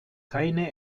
keine